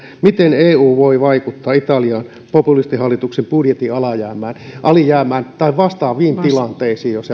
miten eu voi vaikuttaa italian populistihallituksen budjetin alijäämään tai vastaaviin tilanteisiin jos